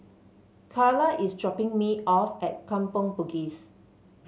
Charla is dropping me off at Kampong Bugis